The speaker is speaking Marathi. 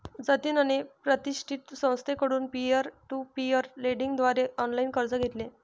जतिनने प्रतिष्ठित संस्थेकडून पीअर टू पीअर लेंडिंग द्वारे ऑनलाइन कर्ज घेतले